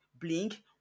Blink